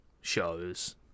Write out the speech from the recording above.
shows